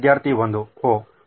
ವಿದ್ಯಾರ್ಥಿ 1 ಓಹ್